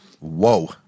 Whoa